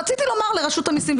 אני רוצה לומר לרשות המסים,